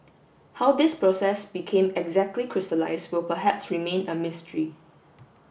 how this process became exactly crystallised will perhaps remain a mystery